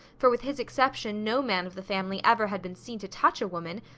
for with his exception no man of the family ever had been seen to touch a woman,